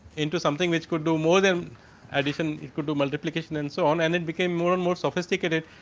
into something, which could do more than addition, it could do multiplication and so on. and it became more and more sophisticated,